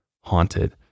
haunted